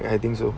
I think so